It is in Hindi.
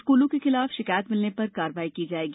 स्कूलों के खिलाफ शिकायत मिलने पर कार्रवाई की जायेगी